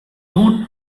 tone